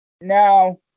Now